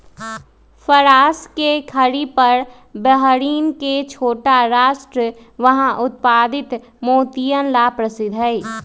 फारस के खाड़ी पर बहरीन के छोटा राष्ट्र वहां उत्पादित मोतियन ला प्रसिद्ध हई